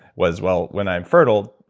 was well, when i'm fertile,